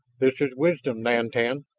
this is wisdom, nantan